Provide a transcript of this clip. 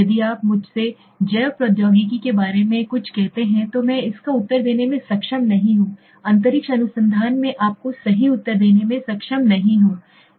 यदि आप मुझसे जैव प्रौद्योगिकी के बारे में कुछ कहते हैं तो मैं इसका उत्तर देने में सक्षम नहीं हूं अंतरिक्ष अनुसंधान मैं आपको सही उत्तर देने में सक्षम नहीं हो सकता